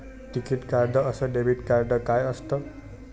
टिकीत कार्ड अस debit card काय असत?